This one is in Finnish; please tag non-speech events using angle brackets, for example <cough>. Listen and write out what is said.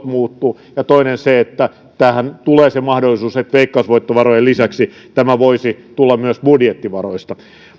<unintelligible> muuttuvat ja toiseksi se että tähän tulee se mahdollisuus että veikkausvoittovarojen lisäksi tämä voisi tulla myös budjettivaroista